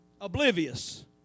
Oblivious